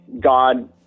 God